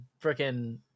freaking